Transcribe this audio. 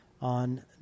on